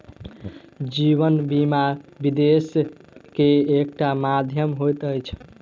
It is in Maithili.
जीवन बीमा, निवेश के एकटा माध्यम होइत अछि